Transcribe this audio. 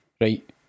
right